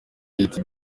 leta